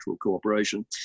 cooperation